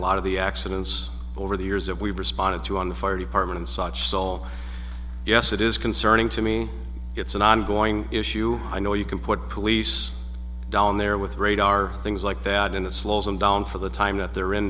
lot of the accidents over the years of we've responded to on the fire department and such soul yes it is concerning to me it's an ongoing issue i know you can put police down there with radar things like that in the slows them down for the time that they're in